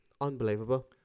Unbelievable